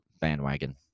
bandwagon